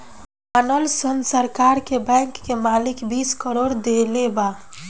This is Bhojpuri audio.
मानल सन सरकार के बैंक के मालिक बीस करोड़ देले बा